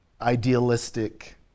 idealistic